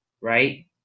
right